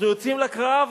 אנחנו יוצאים לקרב,